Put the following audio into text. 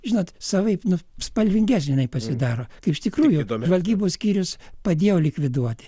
žinot savaip nu spalvingesnė jinai pasidaro kai iš tikrųjų žvalgybos skyrius padėjo likviduoti